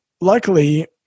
luckily